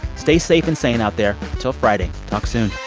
stay safe and sane out there. till friday. talk soon